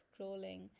scrolling